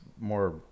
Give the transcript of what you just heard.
more